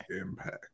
impact